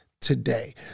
today